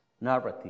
narrative